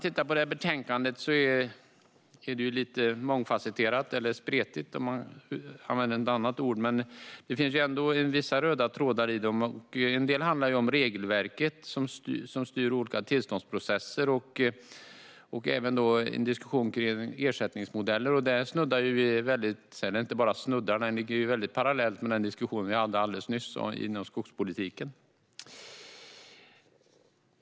Detta betänkande är mångfasetterat eller spretigt, om man använder ett annat ord. Det finns ändå vissa röda trådar i det. En del handlar om regelverket som styr olika tillståndsprocesser. Det finns även en diskussion om ersättningsmodeller. Denna diskussion är mycket parallell med den diskussion som vi hade alldeles nyss om skogspolitiken.